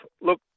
Look